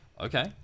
Okay